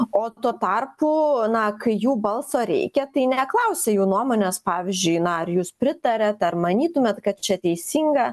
o tuo tarpu na kai jų balso reikia tai neklausia jų nuomonės pavyzdžiui na ar jūs pritariat ar manytumėt kad čia teisinga